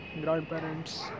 grandparents